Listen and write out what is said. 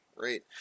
right